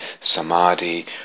samadhi